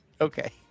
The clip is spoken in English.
Okay